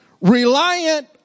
reliant